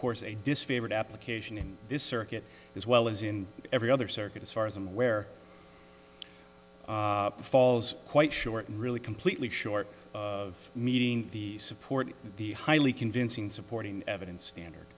course a disfavored application in this circuit as well as in every other circuit as far as i'm aware falls quite short really completely short of meeting the support the highly convincing supporting evidence standard